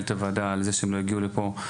מנהלת הוועדה, על זה שהם לא הגיעו לפה.